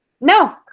no